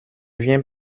viens